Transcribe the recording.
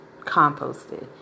composted